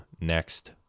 next